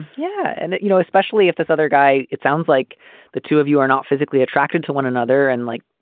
yeah. and you know, especially if this other guy it sounds like the two of you are not physically attracted to one another. and like,